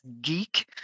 geek